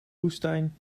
woestijn